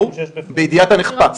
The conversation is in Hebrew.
בידיעת הנחפש.